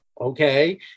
Okay